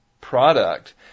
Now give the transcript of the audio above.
product